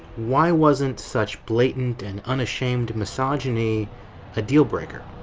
why wasn't such blatant and unashamed misogyny ah deal breaker?